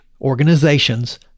organizations